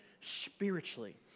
spiritually